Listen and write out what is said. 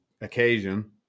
occasion